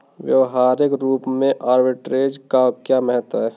व्यवहारिक रूप में आर्बिट्रेज का क्या महत्व है?